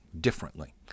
differently